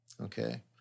okay